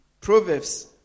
Proverbs